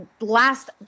last